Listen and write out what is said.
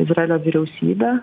izraelio vyriausybę